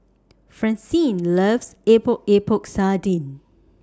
Francine loves Epok Epok Sardin